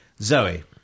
Zoe